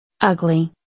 ugly